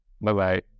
Bye-bye